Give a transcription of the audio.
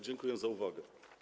Dziękuję za uwagę.